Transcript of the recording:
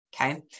okay